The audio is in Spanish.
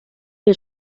que